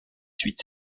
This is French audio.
suite